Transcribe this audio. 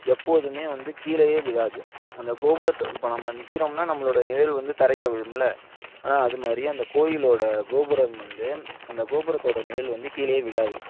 எப்போதுமே வந்து கீழேயே விழாது அந்த கோபுரத்தோ இப்போ நம்ம நிற்கிறோம்னா நம்மளோட நிழல் வந்து தரையில் விழும்ல ஆனால் அது மாதிரி அந்த கோயிலோட கோபுரம் வந்து அந்த கோபுரத்தோட நிழல் வந்து கீழேயே விழாது